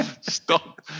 stop